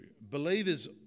Believers